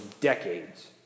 decades